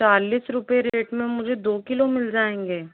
चालीस रुपए रेट में मुझे दो किलो मिल जाएंगे